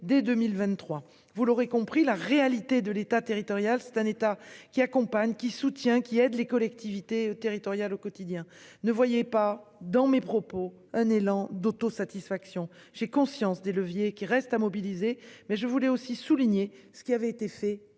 Vous l'aurez compris, la réalité de l'État, territorial, c'est un État qui accompagnent qui soutient qui aide les collectivités territoriales au quotidien ne voyait pas dans mes propos un élan d'auto-satisfaction. J'ai conscience des leviers qui restent à mobiliser mais je voulais aussi souligner ce qui avait été fait